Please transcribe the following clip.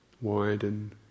Widen